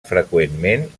freqüentment